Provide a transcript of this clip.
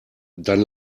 dann